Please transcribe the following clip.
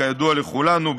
כידוע לכולנו,